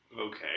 Okay